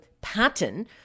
pattern